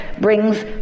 brings